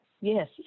yes